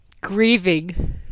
grieving